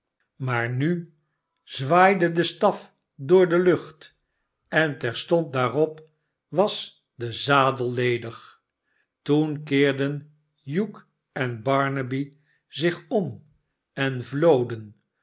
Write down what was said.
maar nu zwaaide de staf door de lucht en terstond daarop was de zadel ledig toen keerden hugh en barnaby zich om en vloden